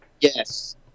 Yes